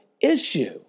issue